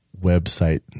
website